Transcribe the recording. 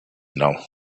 know